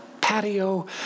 patio